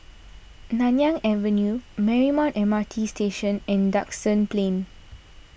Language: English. Nanyang Avenue Marymount M R T Station and Duxton Plain